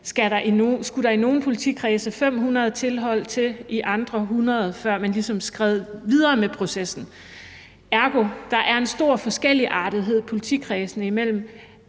skulle der i nogle politikredse 500 tilhold til, i andre 100, før man ligesom gik videre med processen. Ergo er der en stor forskelligartethed politikredsene imellem.